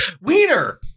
Wiener